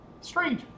Strange